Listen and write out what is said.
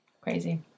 Crazy